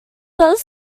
does